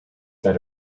that